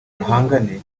duhangane